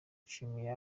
nshimiye